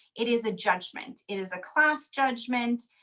it is a judgment. it is a class judgment.